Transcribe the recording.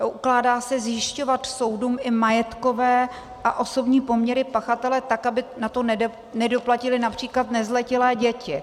Ukládá se zjišťovat soudům i majetkové a osobní poměry pachatele tak, aby na to nedoplatily například nezletilé děti.